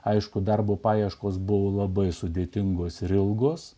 aišku darbo paieškos buvo labai sudėtingos ir ilgos